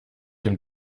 dem